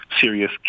Serious